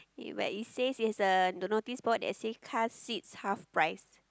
but it says it has the notice board that says car seats half price